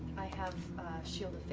i have shield